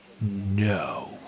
No